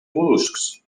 mol·luscs